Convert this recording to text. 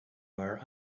are